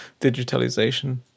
digitalization